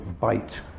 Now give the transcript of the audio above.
bite